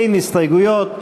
אין הסתייגויות.